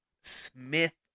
Smith